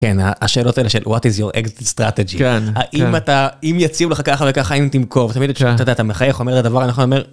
כן השאלות האלה של וואט איז יור אקזיט סטראטג'י, האם אתה... אם יציעו לך ככה וככה, האם תמכור, תבין אתה מחייך, אומר את הדבר הנכון, אומר.